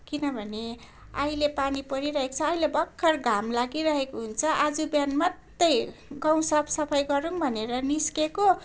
किनभने अहिले पानी परिरहेको छ अहिले भर्खर घाम लागिरहेको हुन्छ आज बिहान मात्रै गाउँ साफसफाई गरौँ भनेर निस्किएको